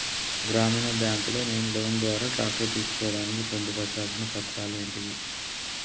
గ్రామీణ బ్యాంక్ లో నేను లోన్ ద్వారా ట్రాక్టర్ తీసుకోవడానికి పొందు పర్చాల్సిన పత్రాలు ఏంటివి?